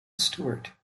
stewart